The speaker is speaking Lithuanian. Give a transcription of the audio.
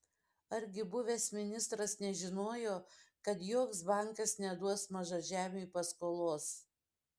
argi buvęs ministras nežinojo kad joks bankas neduos mažažemiui paskolos